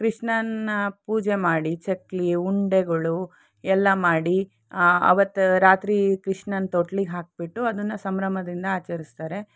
ಕೃಷ್ಣನ ಪೂಜೆ ಮಾಡಿ ಚಕ್ಲಿ ಉಂಡೆಗಳು ಎಲ್ಲ ಮಾಡಿ ಆವತ್ತು ರಾತ್ರಿ ಕೃಷ್ಣನ್ನ ತೊಟ್ಲಿಗೆ ಹಾಕ್ಬಿಟ್ಟು ಅದನ್ನು ಸಂಭ್ರಮದಿಂದ ಆಚರಿಸ್ತಾರೆ